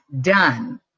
done